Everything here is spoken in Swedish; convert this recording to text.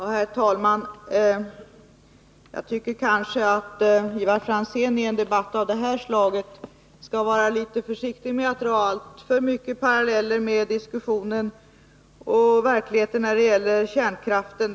Herr talman! Jag tycker kanske att Ivar Franzén i en debatt av det här slaget skall vara litet försiktig med att dra alltför många paralleller med diskussionen och verkligheten när det gäller kärnkraften.